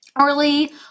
early